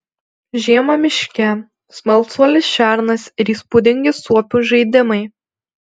žiema miške smalsuolis šernas ir įspūdingi suopių žaidimai